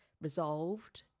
resolved